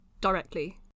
directly